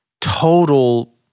Total